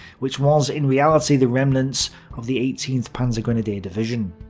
which was, in reality, the remnants of the eighteenth panzergrenadier division.